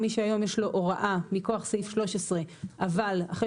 מי שהיום יש לו הוראה בכוח סעיף 13 אבל אחרי